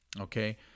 Okay